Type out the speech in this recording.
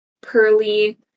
pearly